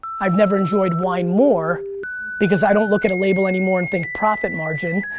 i've never enjoyed wine more because i don't look at a label anymore and think profit margin,